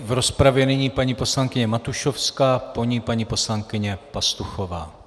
V rozpravě nyní paní poslankyně Matušovská, po ní paní poslankyně Pastuchová.